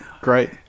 great